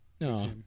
No